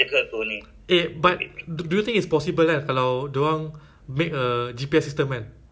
ya the the app apa what's the name of the that time they make the app singapore made the app